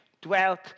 dwelt